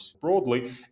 broadly